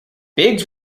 biggs